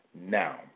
now